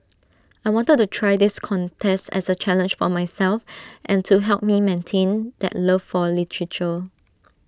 I wanted to try this contest as A challenge for myself and to help me maintain that love for literature